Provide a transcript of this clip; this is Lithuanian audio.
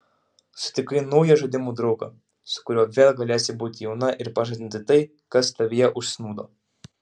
sutikai naują žaidimų draugą su kuriuo vėl galėsi būti jauna ir pažadinti tai kas tavyje užsnūdo